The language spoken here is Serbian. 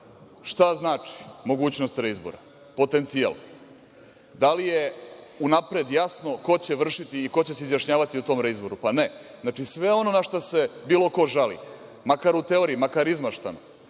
šta znači mogućnost reizbora? Potencijal. Da li je unapred jasno ko će vršiti i ko će se izjašnjavati u tom reizboru? Ne. Znači, sve ono na šta se bilo ko žali, makar u teoriji, makar izmaštan,